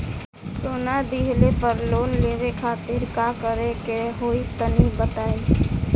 सोना दिहले पर लोन लेवे खातिर का करे क होई तनि बताई?